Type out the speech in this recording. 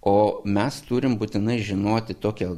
o mes turim būtinai žinoti tokią